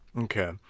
Okay